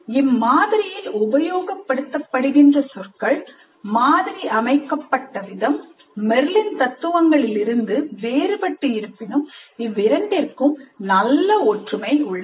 இம்மாதிரியில் உபயோகப்படுத்தப்படுகின்ற சொற்கள்மாதிரி அமைக்கப்பட்ட விதம் மெர்லின் தத்துவங்களில் இருந்து வேறுபட்டு இருப்பினும் இவ்விரண்டிற்கும் நல்ல ஒற்றுமை உள்ளது